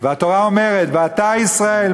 והתורה אומרת: "ועתה ישראל,